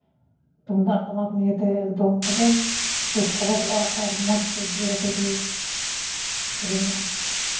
ᱛᱩᱢᱫᱟᱜ ᱴᱟᱢᱟᱠ ᱱᱤᱭᱮᱛᱮ ᱮᱠᱫᱚᱢ ᱮᱱᱮᱡ ᱠᱚ ᱥᱟᱯᱟᱵᱚᱜᱼᱟ ᱟᱨ ᱢᱚᱡᱽ ᱛᱮ ᱡᱤᱭᱟᱹᱲᱟᱛᱮ ᱠᱚ ᱥᱮᱨᱮᱧᱟ